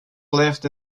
left